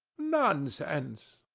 nonsense!